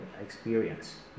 experience